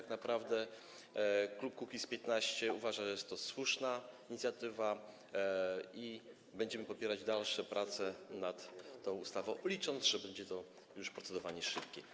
Klub Kukiz’15 uważa, że jest to słuszna inicjatywa, i będziemy popierać dalsze prace nad tą ustawą, licząc, że będzie to już procedowanie szybkie.